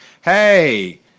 Hey